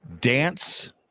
dance